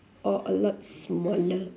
or a lot smaller